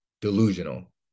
delusional